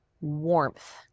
warmth